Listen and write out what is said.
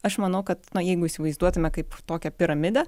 aš manau kad na jeigu įsivaizduotume kaip tokią piramidę